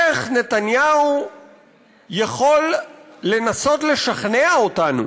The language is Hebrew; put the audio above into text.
איך נתניהו יכול לנסות לשכנע אותנו